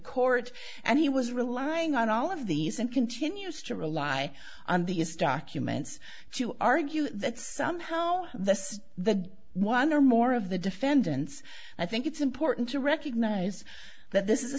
court and he was relying on all of these and continues to rely on these documents to argue that somehow this is the one or more of the defendants i think it's important to recognize that this is a